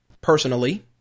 personally